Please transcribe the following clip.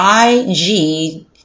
IG